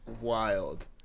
wild